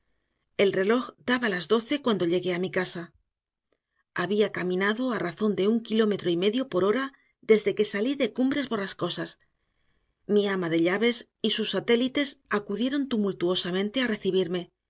el reloj daba las doce cuando llegué a mi casa había caminado a razón de un kilómetro y medio por hora desde que salí de cumbres borrascosas mi ama de llaves y sus satélites acudieron tumultuosamente a recibirme